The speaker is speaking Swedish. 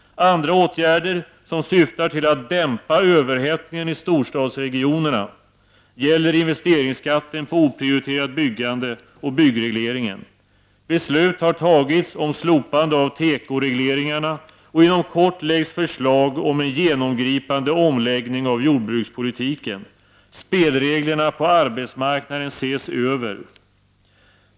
Andra åtgärder som syftar till att dämpa överhettningen i storstadsregionerna gäller investeringsskatten på oprioriterat byggande och byggregle ringen. Beslut har fattats om slopande av tekoregleringarna, och inom kort läggs förslag fram om en genomgripande omläggning av jordbrukspolitiken. Spelreglerna på arbetsmarknaden ses över.